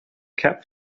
cap